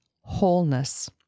wholeness